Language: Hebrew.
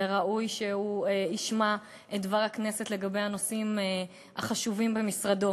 וראוי שהוא ישמע את דבר הכנסת לגבי הנושאים החשובים במשרדו.